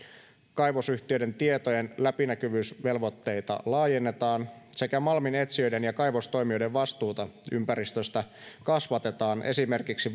kaivosyhtiöiden tietojen läpinäkyvyysvelvoitteita laajennetaan sekä malminetsijöiden ja kaivostoimijoiden vastuuta ympäristöstä kasvatetaan esimerkiksi